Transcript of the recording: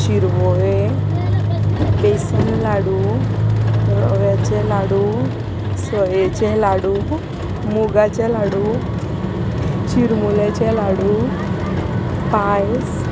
शिरवोळे बेसन लाडू रव्याचे लाडू सोयेचे लाडू मुगाचे लाडू चिरमुलेचे लाडू पायस